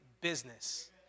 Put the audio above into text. business